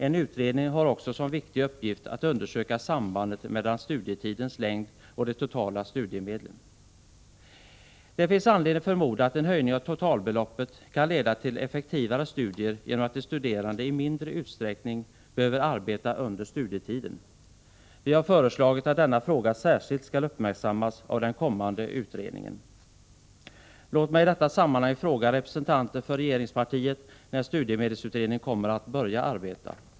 En utredning har också som viktig uppgift att undersöka sambandet mellan studietidens längd och de totala studiemedlen. Det finns anledning förmoda att en höjning av totalbeloppet kan leda till effektivare studier genom att de studerande i mindre utsträckning behöver arbeta under studietiden. Vi har föreslagit att denna fråga särskilt skall uppmärksammas av den kommande utredningen. Låt mig i detta sammanhang fråga representanter för regeringspartiet när studiemedelsutredningen kommer att börja arbeta.